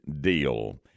deal